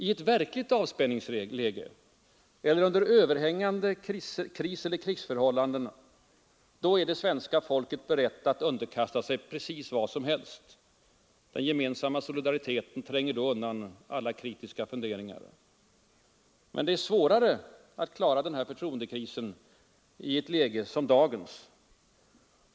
I ett verkligt avspärrningsläge eller under överhängande kriseller krigsförhållanden är det svenska folket berett att underkasta sig precis vad som helst. Den gemensamma solidariteten tränger då undan alla kritiska funderingar. Men det är svårare att klara den här förtroendekrisen i ett läge som dagens.